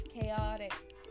chaotic